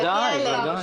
בוודאי.